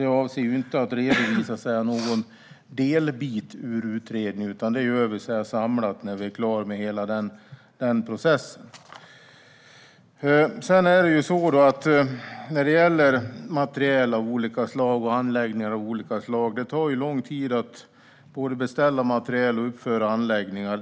Jag avser inte att redovisa någon delbit ur utredningen, utan det gör vi samlat när vi är klara med hela processen. När det gäller materiel och anläggningar av olika slag tar det ju lång tid att både beställa materiel och uppföra anläggningar.